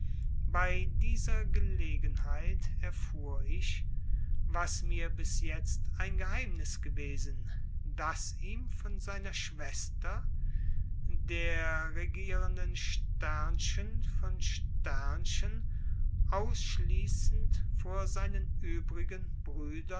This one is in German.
bei dieser gelegenheit erfuhr ich was mir bis jetzt ein geheimnis gewesen daß ihm von seiner schwester der regierenden von ausschließend vor seinen übrigen brüdern